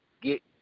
get